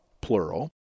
plural